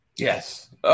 Yes